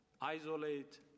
isolate